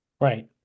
Right